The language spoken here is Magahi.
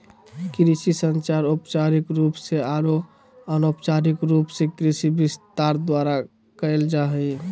कृषि संचार औपचारिक रूप से आरो अनौपचारिक रूप से कृषि विस्तार द्वारा कयल जा हइ